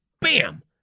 bam